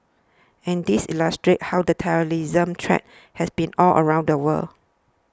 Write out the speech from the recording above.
and these illustrate how the terrorism threat has been all around the world